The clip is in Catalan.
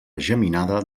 geminada